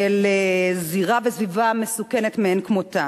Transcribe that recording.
לזירה וסביבה מסוכנת מאין כמותה.